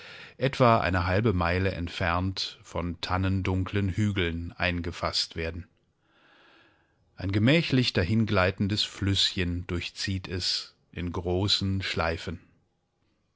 etwa eine halbe meile entfernt von tannendunklen hügeln eingefaßt werden ein gemächlich dahingleitendes flüßchen durchzieht es in großen schleifen